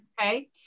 Okay